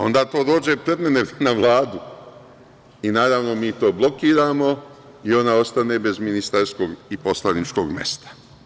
Onda to dođe pred mene na Vladu i, naravno, mi to blokiramo i ona ostane bez ministarskog i poslaničkog mesta.